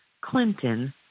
Clinton